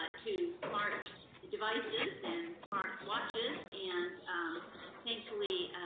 ah to smart devices, and smart watches, and thankfully,